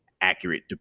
accurate